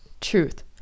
Truth